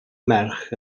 merch